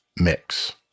mix